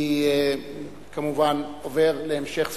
אני כמובן עובר להמשך סדר-היום.